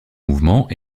mouvement